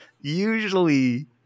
usually